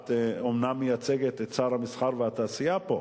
את אומנם מייצגת את שר המסחר והתעשייה פה,